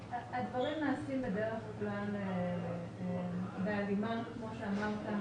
הדברים בדרך כלל נעשים בהלימה, כמו שאמרת.